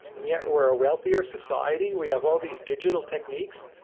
and yet, we're a wealthier society. we have all these digital techniques,